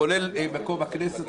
כולל מקום הכנסת,